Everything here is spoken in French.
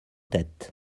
têtes